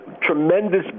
tremendous